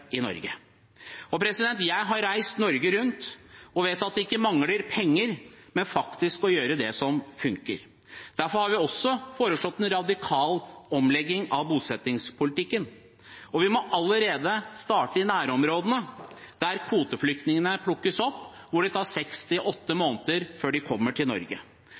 i Norge. Jeg har reist Norge rundt og vet at det ikke mangler penger, men faktisk å gjøre det som funker. Derfor har vi også foreslått en radikal omlegging av bosettingspolitikken. Vi må starte allerede i nærområdene, der kvoteflyktningene plukkes opp. Det tar seks–åtte måneder før de kommer til Norge.